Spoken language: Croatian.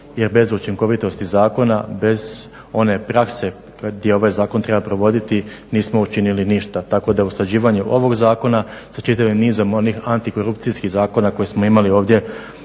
jer bez učinkovitosti zakona bez one prakse gdje ovaj zakon treba provoditi nismo učinili ništa. Tako da usklađivanjem ovog zakona s čitavim nizom onih antikorupcijskih zakona koje smo imali ovdje